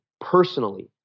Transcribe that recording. personally